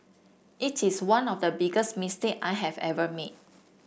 it is one of the biggest mistake I have ever made